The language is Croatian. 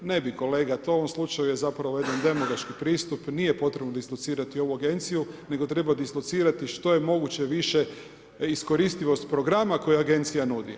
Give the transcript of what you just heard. Ne bi kolega to, u ovom slučaju je zapravo jedan … pristupi, nije potrebno dislocirati ovu agenciju nego treba dislocirati što je moguće više iskoristivosti programa koje agencija nudi.